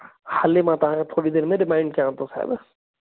हले मां तव्हां खे थोरी देर में रिमांइड करियां थो साहिब